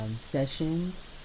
sessions